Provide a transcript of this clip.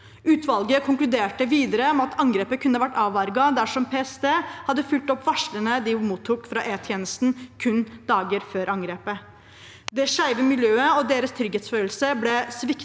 Utvalget konkluderte videre med at angrepet kunne vært avverget dersom PST hadde fulgt opp varslene de mottok fra E-tjenesten kun dager før angrepet. Det skeive miljøet og deres trygghetsfølelse ble sviktet